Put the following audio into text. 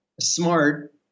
smart